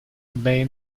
abbey